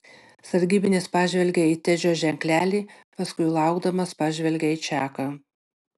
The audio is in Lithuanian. sargybinis pažvelgė į tedžio ženklelį paskui laukdamas pažvelgė į čaką